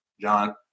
John